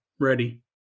ready